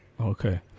Okay